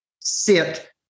sit